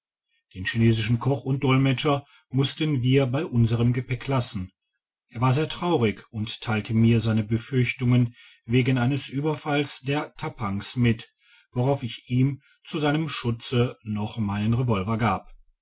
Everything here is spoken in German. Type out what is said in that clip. den chinesischen koch und dolmetscher mussten wir bei unserem gepäck lassen er war sehr traurig und teilte mir seine befürchtungen wegen eines ueberfalls der tappangs mit worauf ich ihm zu seinem schutze noch meinen revolver gab